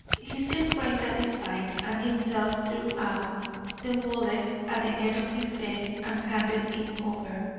he seemed quite satisfied and himself drew out the wallet at the head of his bed and handed it over.